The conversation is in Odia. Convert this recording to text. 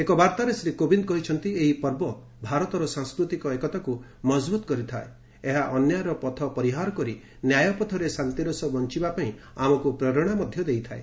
ଏକ ବାର୍ତ୍ତାରେ ଶ୍ରୀ କୋବିନ୍ଦ କହିଛନ୍ତି ଏହି ପର୍ବ ଭାରତର ସାଂସ୍କୃତିକ ଏକତାକୁ ମଜବୁତ କରିଥାଏ ଏବଂ ଅନ୍ୟାୟର ପଥ ପରିହାର କରି ନ୍ୟାୟପଥରେ ଶାନ୍ତିର ସହ ବଞ୍ଚବା ପାଇଁ ଆମକୁ ପ୍ରେରଣା ଦେଇଥାଏ